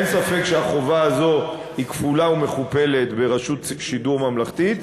אין ספק שהחובה הזו היא כפולה ומכופלת ברשות שידור ממלכתית,